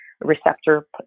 receptor